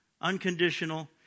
unconditional